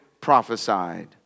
prophesied